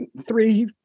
three